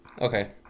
Okay